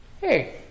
Hey